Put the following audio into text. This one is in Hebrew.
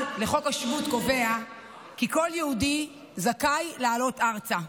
סעיף 1 לחוק השבות קובע כי כל יהודי זכאי לעלות ארצה.